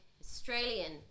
Australian